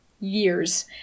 years